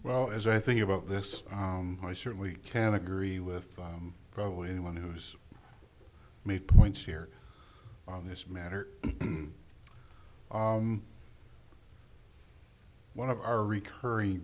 well as i think about this i certainly can agree with probably anyone who's made points here on this matter one of our recurring